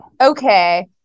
Okay